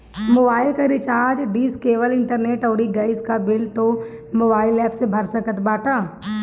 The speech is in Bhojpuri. मोबाइल कअ रिचार्ज, डिस, केबल, इंटरनेट अउरी गैस कअ बिल तू मोबाइल एप्प से भर सकत बाटअ